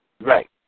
Right